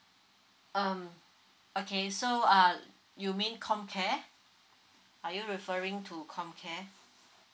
um okay so uh you mean comcare are you referring to comcare